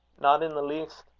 not in the least.